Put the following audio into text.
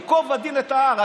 ייקוב הדין את ההר.